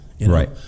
Right